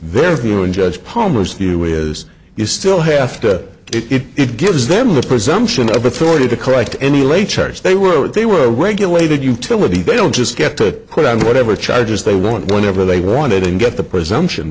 their view and judge palmer's view is you still have to it gives them the presumption of authority to correct any late charges they were they were a regulated utility bill just get to put on whatever charges they want whenever they want it and get the presumption